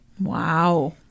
Wow